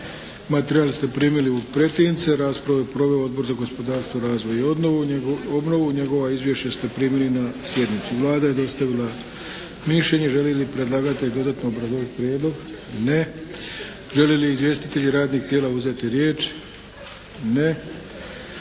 Materijale ste primili u pretince. Raspravu je proveo Odbor za gospodarstvo, razvoj i obnovu. Njegova izvješća ste primili na sjednici. Vlada je dostavila mišljenje. Želi li predlagatelj dodatno obrazložiti prijedlog? Ne. Žele li izvjestitelji radnih tijela uzeti riječ? Ne.